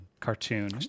cartoon